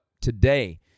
today